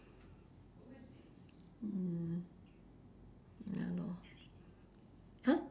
mm ya lor !huh!